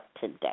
today